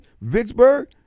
Vicksburg